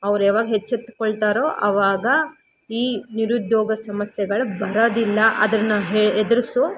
ಅವ್ರು ಯಾವಾಗ ಎಚ್ಚೆತ್ಕೊಳ್ತಾರೊ ಅವಾಗ ಈ ನಿರುದ್ಯೋಗ ಸಮಸ್ಯೆಗಳು ಬರೋದಿಲ್ಲ ಅದನ್ನು ಹೆ ಎದ್ರಿಸೋ